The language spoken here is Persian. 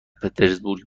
پترزبورگ